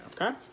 okay